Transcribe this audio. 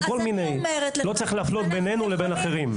לא צריך להפלות בינינו לבין אחרים.